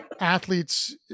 athletes